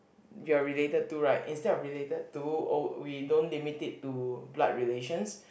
you're related to right instead of related to oh we don't limit it to blood relations